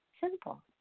Simple